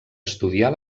estudiar